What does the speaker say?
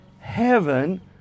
heaven